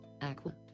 Aqua